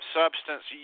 substance